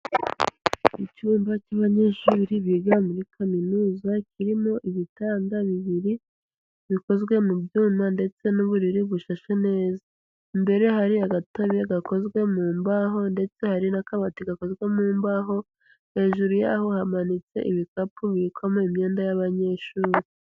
Icyumba cy'abanyeshuri biga muri Kaminuza kirimo ibitanda bibiri bikozwe mu byuma ndetse n'uburiri bushashe neza. Imbere hari agatebe gakozwe mu mbaho ndetse hari n'akabati gakozwe mu mbaho, hejuru yaho hamanitse ibikapu bibikwamo imyenda y'abanyeshuri.